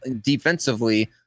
defensively